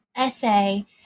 essay